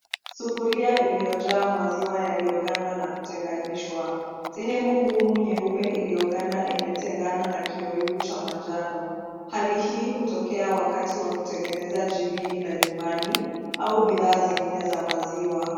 Sufuria iliyojaa maziwa yaliyoganda na kutenganishwa ,sehemu ngumu nyeupe iliyoganda imetengana na kioevu cha manjano , hali hii hutokea wakati wa kutengeneza jibini la nyumbani au bidhaa zingine za maziwa.